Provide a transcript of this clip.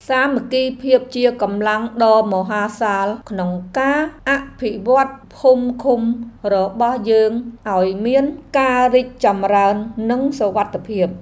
សាមគ្គីភាពជាកម្លាំងដ៏មហាសាលក្នុងការអភិវឌ្ឍភូមិឃុំរបស់យើងឱ្យមានការរីកចម្រើននិងសុវត្ថិភាព។